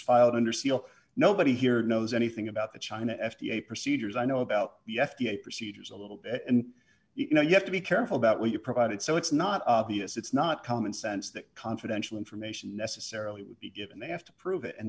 filed under seal nobody here knows anything about the china f d a procedures i know about the f d a procedures a little bit and you know you have to be careful about what you provided so it's not obvious it's not common sense that confidential information necessarily would be given they have to prove it and